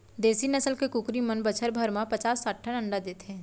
देसी नसल के कुकरी मन बछर भर म पचास साठ ठन अंडा देथे